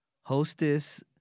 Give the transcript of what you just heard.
Hostess